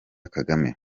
kagame